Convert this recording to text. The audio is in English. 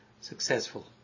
successful